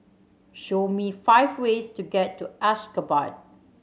show me five ways to get to Ashgabat